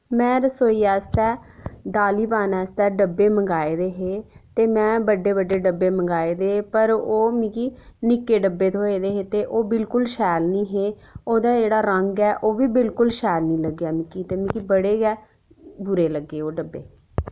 में रसोई आस्तै दालीं पाने आस्तै डब्बे मंगाए दे हे ते में बड्डे बड्डे डब्बे मंगाए दे हे पर ओह् मिकी निक्के डब्बे थोए दे हे ते ओह् बिल्कुल शैल नी हे ओह्दा जेह्ड़ा रंग ऐ ओह्बी बिलकुल शैल नी लग्गेआ मिकी ते मिकी बड़े गै बुरे लग्गे ओह् डब्बे